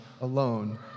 alone